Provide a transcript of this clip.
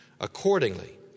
accordingly